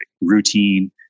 routine